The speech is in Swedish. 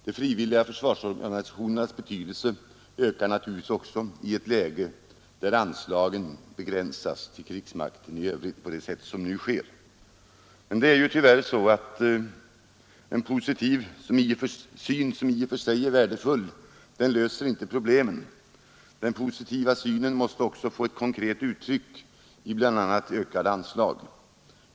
De frivilliga försvarsorganisationernas betydelse ökar naturligtvis också i ett läge där anslagen till krigsmakten i övrigt begränsas på det sätt som nu sker. Men en positiv syn, som i och för sig är värdefull, löser tyvärr inte problemen. Den positiva synen måste också få ett konkret uttryck i bl.a. ökade anslag.